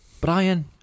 Brian